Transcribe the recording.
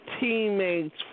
teammates